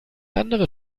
andere